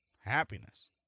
happiness